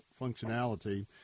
functionality